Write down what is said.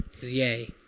Yay